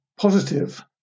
positive